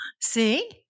See